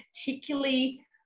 particularly